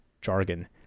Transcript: jargon